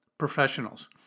professionals